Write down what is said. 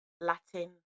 Latin